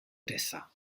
odessa